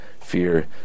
fear